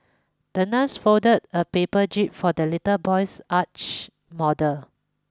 the nurse folded a paper jib for the little boy's yacht model